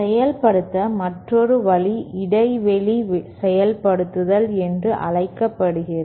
செயல்படுத்த மற்றொரு வழி இடைவெளி செயல்படுத்தல் என்று அழைக்கப்படுகிறது